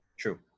True